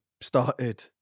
started